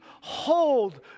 hold